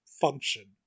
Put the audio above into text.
function